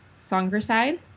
Songerside